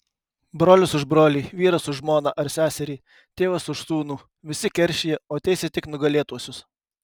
brolis už brolį vyras už žmoną ar seserį tėvas už sūnų visi keršija o teisia tik nugalėtuosius